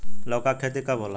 लौका के खेती कब होला?